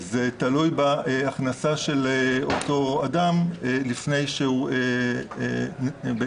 זה תלוי בהכנסה של אותו אדם לפני שהוא נהרג.